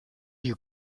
you